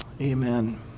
amen